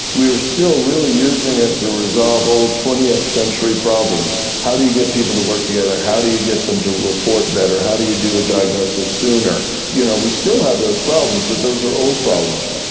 we were still really using it to resolve old twentieth century problems how do you get people to work together, how do you get them to report better, how do you do a diagnosis sooner? you know we still have those problems but those are old problems.